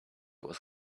was